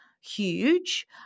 huge